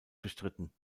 bestritten